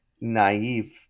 naive